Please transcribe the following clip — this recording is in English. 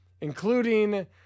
including